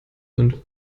sind